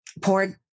poured